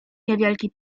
niewielki